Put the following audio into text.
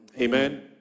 Amen